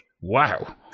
Wow